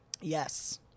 Yes